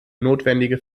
notwendige